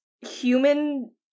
human